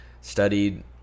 studied